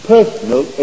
Personal